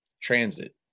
transit